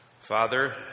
Father